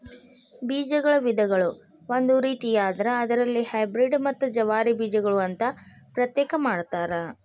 ಬೇಜಗಳ ವಿಧಗಳು ಒಂದು ರೇತಿಯಾದ್ರ ಅದರಲ್ಲಿ ಹೈಬ್ರೇಡ್ ಮತ್ತ ಜವಾರಿ ಬೇಜಗಳು ಅಂತಾ ಪ್ರತ್ಯೇಕ ಮಾಡತಾರ